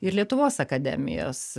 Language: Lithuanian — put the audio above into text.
ir lietuvos akademijos